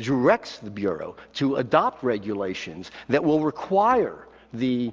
directs the bureau to adopt regulations that will require the